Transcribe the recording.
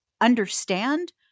understand